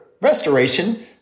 restoration